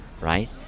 right